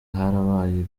harabaye